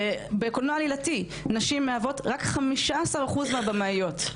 בקולנוע עלילתי נשים מהוות רק חמישה עשר אחוז מהבמאיות.